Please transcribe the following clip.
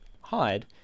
hide